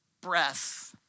breath